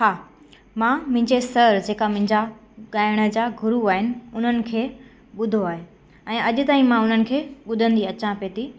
हा मां मुंहिंजे सर जेका मुंहिंजा ॻाइण जा गुरू आहिनि उन्हनि खे ॿुधो आहे ऐं अॼ ताईं मां उन्हनि खे ॿुधंदी अचां पई थी